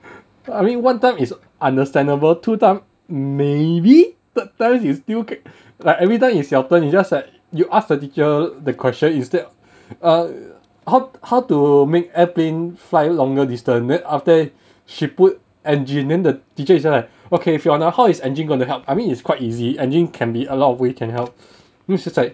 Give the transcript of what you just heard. I mean one time is understandable two time maybe third time you still can like every time it's your turn you just like you ask the teacher the question is that err how how to make airplane fly longer distance then after she put engine then the teacher is just okay fiona how is engine going to help I mean it's quite easy engine can be a lot weight can help you just like